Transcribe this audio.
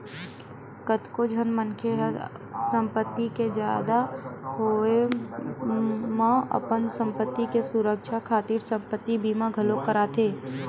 कतको झन मनखे मन ह संपत्ति के जादा होवब म अपन संपत्ति के सुरक्छा खातिर संपत्ति बीमा घलोक कराथे